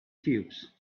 cubes